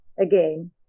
again